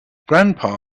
grandpa